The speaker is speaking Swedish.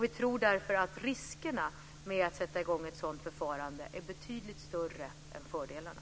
Vi tror därför att riskerna med att sätta i gång ett sådant förfarande är betydligt större än fördelarna.